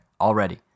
already